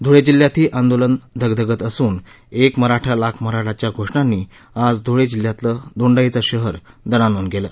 धुळे जिल्ह्यातही आंदोलन धगधगत असून एक मराठा लाख मराठा च्या घोषणांनी आज धुळे जिल्ह्यातलं दोंडाईचा शहर दणाणून गेलं